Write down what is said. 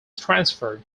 transferred